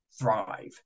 thrive